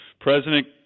President